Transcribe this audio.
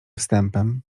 wstępem